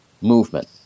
Movement